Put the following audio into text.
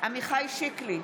עמיחי שיקלי,